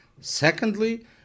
Secondly